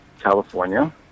California